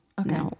Okay